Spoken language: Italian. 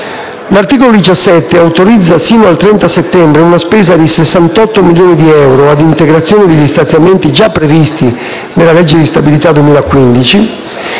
L'articolo 17 autorizza sino al 30 settembre una spesa di 68 milioni di euro - ad integrazione degli stanziamenti già previsti nella legge di stabilità 2015